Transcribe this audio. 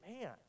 man